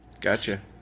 gotcha